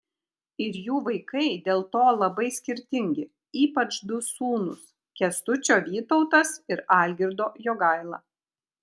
ir jų vaikai dėl to labai skirtingi ypač du sūnūs kęstučio vytautas ir algirdo jogaila